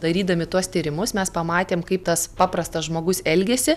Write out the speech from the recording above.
darydami tuos tyrimus mes pamatėm kaip tas paprastas žmogus elgiasi